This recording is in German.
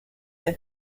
der